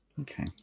Okay